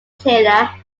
tailor